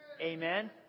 amen